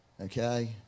Okay